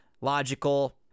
logical